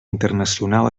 internacional